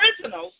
prisoners